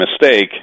mistake